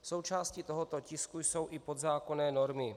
Součástí tohoto tisku jsou i podzákonné normy.